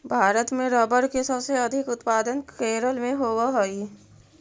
भारत में रबर के सबसे अधिक उत्पादन केरल में होवऽ हइ